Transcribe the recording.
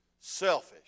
selfish